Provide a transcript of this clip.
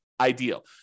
ideal